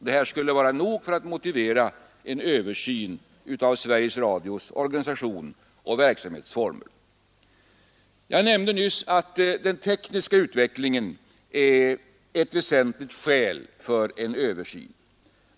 Det här skulle vara nog för att motivera en översyn av Sveriges Radios organisation och verksamhetsformer. Jag nämnde nyss att den tekniska utvecklingen är ett väsentligt skäl för en översyn.